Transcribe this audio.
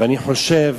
ואני חושב